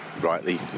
rightly